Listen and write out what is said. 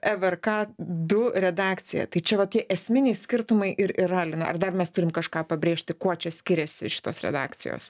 evrk du redakcija tai čia va tie esminiai skirtumai ir yra lina ar dar mes turim kažką pabrėžti kuo čia skiriasi šitos redakcijos